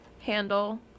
handle